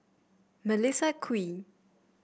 Melissa Kwee